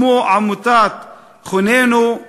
כמו עמותת "חננו",